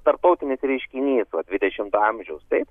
tarptautinis reiškinys dvidešimto amžiaus taip